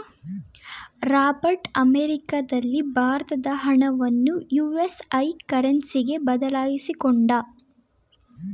Robert ಅಮೆರಿಕದಲ್ಲಿ ಭಾರತದ ಹಣವನ್ನು ಯು.ಎಸ್.ಎ ಕರೆನ್ಸಿಗೆ ಬದಲಾಯಿಸಿಕೊಂಡ